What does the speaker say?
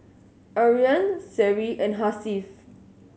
Aryan Seri and Hasif